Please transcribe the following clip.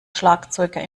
schlagzeuger